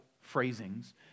phrasings